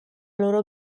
loro